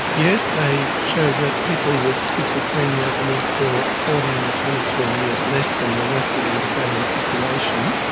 yes, they show that people with schizophrenia live for fourteen to twenty three years less than the rest of the australian population.